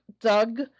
Doug